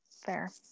fair